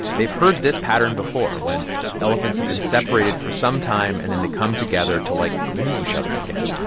they've heard this pattern before when elephants have been separated for some time and then they come together to, like, greet each other again